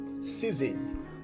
season